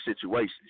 situations